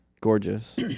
gorgeous